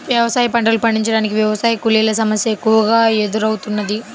వ్యవసాయ పంటలు పండించటానికి వ్యవసాయ కూలీల సమస్య ఎక్కువగా ఎదురౌతున్నది